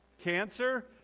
cancer